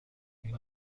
این